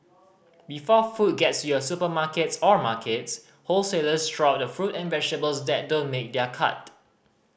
before food gets to your supermarkets or markets wholesalers throw out fruit and vegetables that don't make their cut